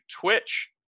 Twitch